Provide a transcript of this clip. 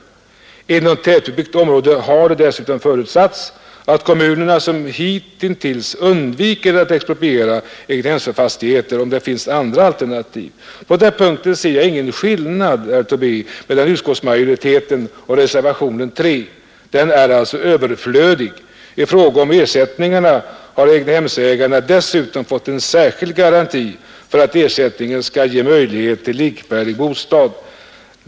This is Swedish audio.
Inom tätbebyggt område har det dessutom förutsatts att kommunerna som hittills undviker att expropriera egnahemsfastigheter, om det finns andra alternativ. På den punkten ser jag ingen skillnad, herr Tobé, mellan utskottsmajoritetens förslag och reservationen 3 i civilutskottets betänkande nr 27. Reservationen är alltså överflödig. I fråga om ersättningarna har egnahemsägarna dessutom fått en särskild garanti för att ersättningen skall ge möjlighet till likvärdig bostad.